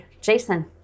Jason